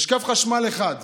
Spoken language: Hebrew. יש קו חשמל אחד.